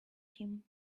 him